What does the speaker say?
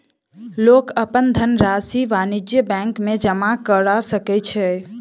लोक अपन धनरशि वाणिज्य बैंक में जमा करा सकै छै